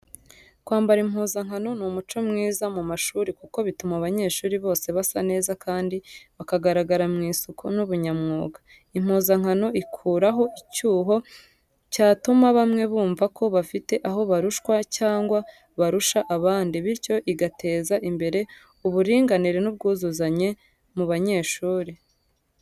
Kwambara impuzankano ni umuco mwiza mu mashuri kuko bituma abanyeshuri bose basa neza kandi bakagaragara mu isuku n’ubunyamwuga. Impuzankano ikuraho icyuho cyatuma bamwe bumva ko bafite aho barushwa cyangwa barusha abandi, bityo igateza imbere uburinganire n’ubwuzuzanye mu banyeshuri.